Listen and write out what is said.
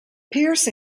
pierce